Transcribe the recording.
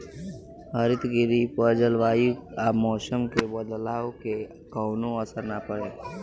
हरितगृह पर जलवायु आ मौसम के बदलाव के कवनो असर ना पड़े